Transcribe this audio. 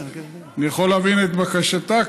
אני יכול להבין את בקשתה.